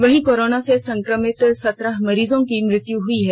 वहीं कोरोना से संक्रमित सत्रह मरीजों की मृत्यु हई है